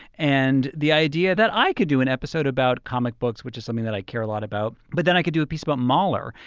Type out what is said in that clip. and the idea that i could do an episode about comic books, which is something that i care a lot about. but then i could do a piece about mahler,